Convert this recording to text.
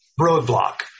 Roadblock